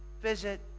visit